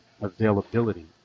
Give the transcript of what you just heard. availability